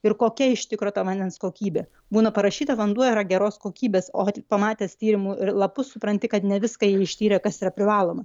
ir kokia iš tikro to vandens kokybė būna parašyta vanduo yra geros kokybės o pamatęs tyrimų lapus supranti kad ne viską jie ištyrė kas yra privaloma